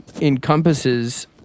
encompasses